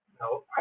no